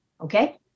Okay